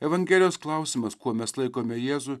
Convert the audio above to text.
evangelijos klausimas kuo mes laikome jėzų